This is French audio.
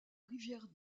rivière